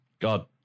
God